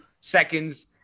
seconds